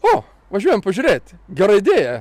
o važiuojam pažiūrėt gera idėja